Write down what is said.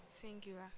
Singular